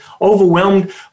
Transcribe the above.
overwhelmed